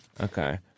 Okay